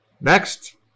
Next